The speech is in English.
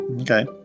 Okay